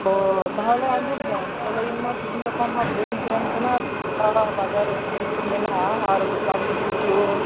ᱛᱚ ᱛᱟᱦᱚᱞᱮ ᱟᱸᱡᱚᱢ ᱵᱮᱱ ᱛᱟᱦᱚᱞᱮ ᱤᱧᱢᱟ ᱛᱮᱦᱮᱧ ᱜᱟᱯᱟ ᱢᱟ ᱵᱟᱹᱧ ᱛᱟᱦᱮᱱ ᱠᱟᱱᱟ ᱛᱷᱚᱲᱟ ᱵᱟᱡᱟᱨ ᱠᱟᱹᱢᱤᱠᱚ ᱢᱮᱱᱟᱜᱼᱟ ᱟᱨ ᱫᱚᱠᱟᱱ ᱨᱮ ᱠᱤᱪᱷᱩ